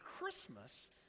christmas